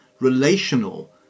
relational